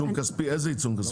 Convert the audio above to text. איזה עיצום כספי?